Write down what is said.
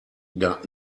gab